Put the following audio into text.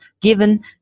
given